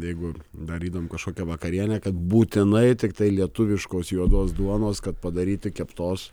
jeigu darydavom kažkokią vakarienę kad būtinai tiktai lietuviškos juodos duonos kad padaryti keptos